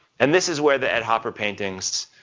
and this is where the ed hopper paintings,